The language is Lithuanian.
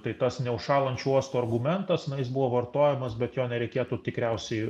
tai tas neužšąlančio uosto argumentas na jis buvo vartojamas bet jo nereikėtų tikriausiai